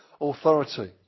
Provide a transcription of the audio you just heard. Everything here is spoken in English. authority